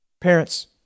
parents